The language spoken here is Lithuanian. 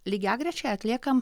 lygiagrečiai atliekame